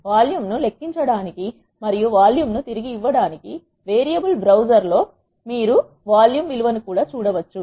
volume ను లెక్కించడానికి మరియు వాల్యూమ్ ను తిరిగి ఇవ్వడానికి వేరియబుల్ బ్రౌజర్ లో మీరు వాల్యూమ్ విలువను కూడా చూడవచ్చు